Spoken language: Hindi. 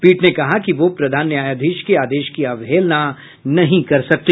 पीठ ने कहा कि वह प्रधान न्यायाधीश के आदेश की अवहेलना नहीं कर सकती